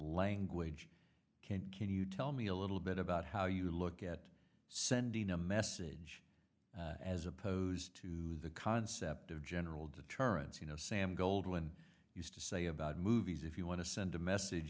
language can't can you tell me a little bit about how you look at sending a message as opposed to the concept of general deterrence you know sam goldwyn used to say about movies if you want to send a message